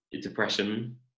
depression